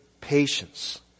patience